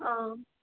ꯑꯥ